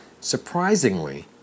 Surprisingly